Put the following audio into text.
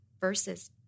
verses